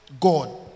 God